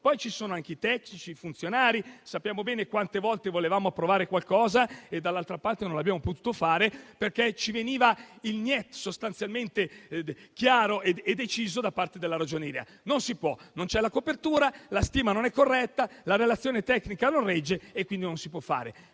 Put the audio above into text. poi ci sono anche i tecnici e i funzionari. Sappiamo bene quante volte volevamo approvare qualcosa, ma non l'abbiamo potuto fare perché ci veniva opposto il *niet* sostanzialmente chiaro e deciso da parte della Ragioneria: non si può, non c'è la copertura, la stima non è corretta, la relazione tecnica non regge e quindi non si può fare.